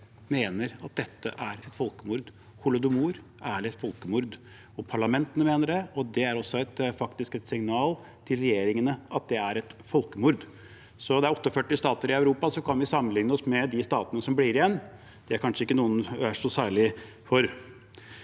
– at dette er et folkemord. Holodomor er et folkemord. Parlamentene mener det, og det er også et signal til regjeringene om at det er et folkemord. Det er 48 stater i Europa, og så kan vi sammenlikne oss med de statene som blir igjen. Det er kanskje ikke noen noe særlig for.